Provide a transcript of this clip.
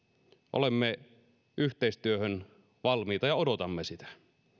olemme yhteistyöhön valmiita ja odotamme sitä